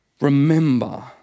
Remember